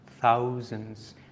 thousands